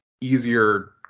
easier